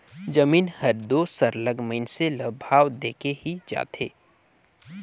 जमीन हर दो सरलग मइनसे ल भाव देके ही जाथे